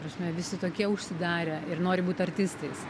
prasme visi tokie užsidarę ir nori būt artistais